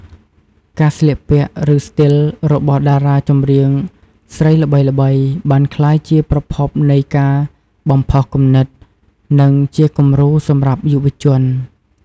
ការស្លៀកពាក់ ឬស្ទីលរបស់តារាចម្រៀងស្រីល្បីៗ បានក្លាយជាប្រភពនៃការបំផុសគំនិត និងជាគំរូសម្រាប់យុវជន។